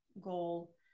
goal